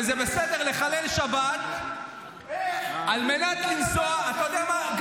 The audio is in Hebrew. וזה בסדר לחלל שבת ------ אתה יודע מה,